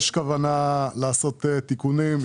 יש כוונה לעשות תיקונים,